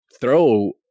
throw